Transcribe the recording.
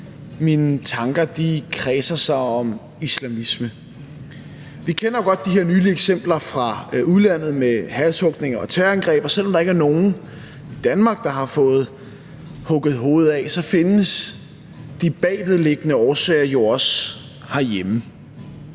mine tanker kredser om islamisme. Vi kender godt de her nye eksempler fra udlandet med halshugninger og terrorangreb, og selv om der ikke er nogen i Danmark, der har fået hugget hovedet af, så findes de bagvedliggende årsager jo også herhjemme.